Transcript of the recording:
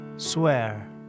Swear